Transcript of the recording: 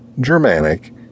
Germanic